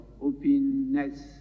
openness